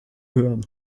hören